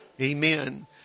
Amen